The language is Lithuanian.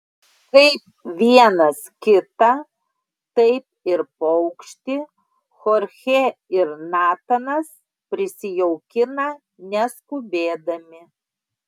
kaip vienas kitą taip ir paukštį chorchė ir natanas prisijaukina neskubėdami